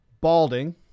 Balding